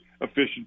efficient